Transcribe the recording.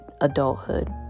adulthood